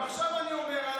גם עכשיו אני אומר על המס.